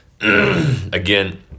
again